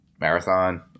Marathon